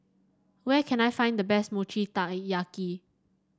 where can I find the best Mochi Taiyaki